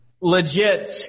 Legit